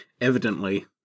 evidently